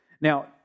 Now